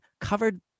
covered